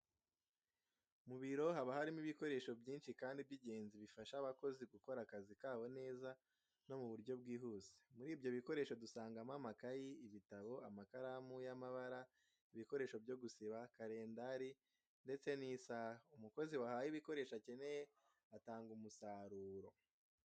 Mu biro haba harimo ibikoresho byinshi kandi by'ingenzi bifasha abakozi gukora akazi kabo neza no mu buryo bwihuse. Muri ibyo bikoresho dusangamo amakayi, ibitabo, amakaramu y'amabara, ibikoresho byo gusiba, kalendari ndetse n'isaha. Umukozi wahawe ibikoresho akeneye atanga umusaruro.